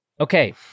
Okay